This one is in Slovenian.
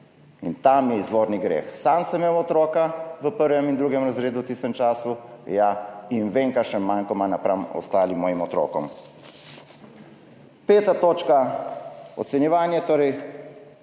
Tam je izvorni greh. Sam sem imel otroka v prvem in drugem razredu v tistem času in vem kakšen, manko ima napram drugim mojim otrokom. Peta točka: ocenjevanje, urediti